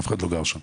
אף אחד לא גר שם,